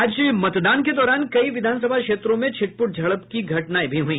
आज मतदान के दौरान कई विधानसभा क्षेत्रों में छिटपुट झड़प की घटनाएं भी हुई